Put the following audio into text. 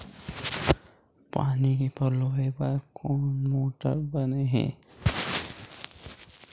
पानी पलोय बर कोन मोटर बने हे?